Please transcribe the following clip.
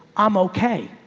i'm okay.